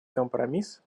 компромисс